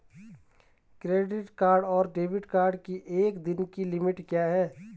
Credit card और debit card की एक दिन की लिमिट क्या है?